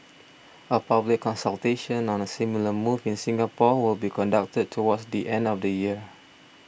a public consultation on a similar move in Singapore will be conducted towards the end of the year